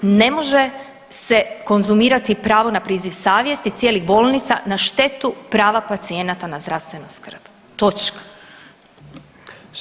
Ne može se konzumirati pravo na priziv savjesti cijelih bolnica na štetu prava pacijenata na zdravstvenu skrb točka.